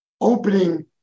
opening